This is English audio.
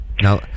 Now